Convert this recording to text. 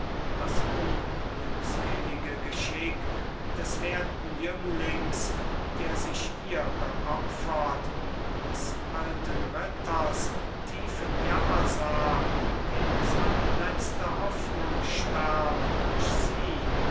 das unglückselige geschick des werten jünglings der sich ihr geopfert des alten ritters tiefen jammer sah dem seine letzte hoffnung starb durch sie